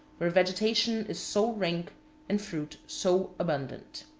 where vegetation is so rank and fruit so abundant.